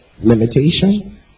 limitation